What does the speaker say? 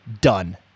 done